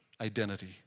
Identity